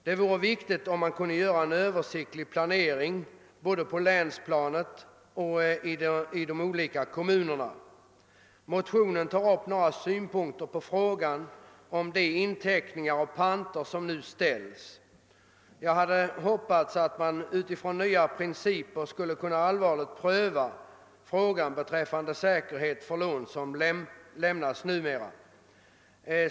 Det vore värdefullt om man kunde göra en översiktlig planering både på länsplanet och i de olika kommunerna. I motionen anförs en del synpunkter på frågan om de inteckningar som nu tas ut och de panter som ställs. Jag hade hoppats att man utifrån nya principer skulle kunna allvarligt pröva frågan beträffande säkerhet för de lån som numera lämnas.